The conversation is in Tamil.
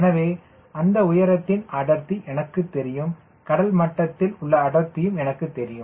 எனவே அந்த உயரத்தின் அடர்த்தி எனக்குத் தெரியும் கடல் மட்டத்தில் உள்ள அடர்த்தியும் எனக்குத் தெரியும்